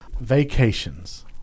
Vacations